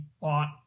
bought